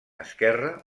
esquerre